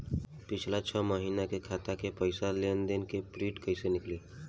पिछला छह महीना के खाता के पइसा के लेन देन के प्रींट कइसे मिली?